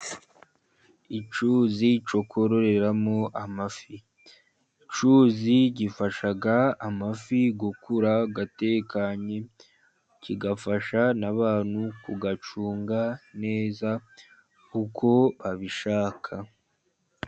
Icyuzi cyo kororeramo amafi, icyuzi gifasha amafi gukura atekanye, kigafasha n'abantu kuyacunga neza uko babishaka.